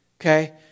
okay